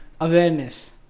awareness